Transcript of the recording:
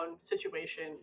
situation